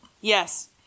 Yes